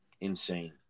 Insane